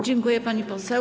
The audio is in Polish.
Dziękuję, pani poseł.